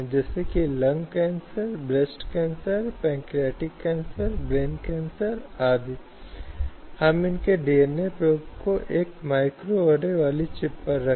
रोजगार विशेष रूप से रक्षा बलों आदि ने भेदभावपूर्ण प्रथाओं और महिलाओं के यौन उत्पीड़न के मुद्दों को सफेद किया है और इसलिए महिलाओं के लिए पूरी स्थिति का सामना करना बहुत मुश्किल है